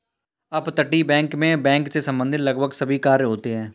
अपतटीय बैंक मैं बैंक से संबंधित लगभग सभी कार्य होते हैं